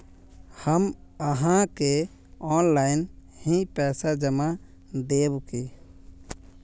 हम आहाँ के ऑनलाइन ही पैसा जमा देब की?